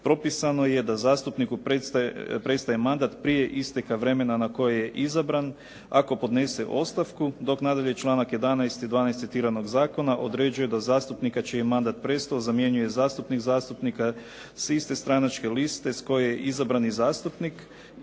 propisano je da zastupniku prestaje mandat prije isteka vremena na koje je izabran ako podnese ostavku, dok nadalje članak 11. i 12. citiranog zakona određuje da zastupnika čiji je mandat prestao zamjenjuje zastupnik zastupnika s iste stranačke liste s koje je izabran i zastupnik